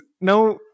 now